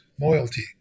loyalty